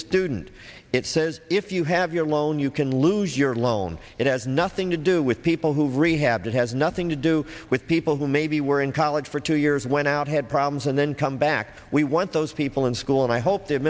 student it says if you have your loan you can lose your loan it has nothing to do with people who rehabbed it has nothing to do with people who maybe were in college for two years went out had problems and then come back we want those people in school and i hope th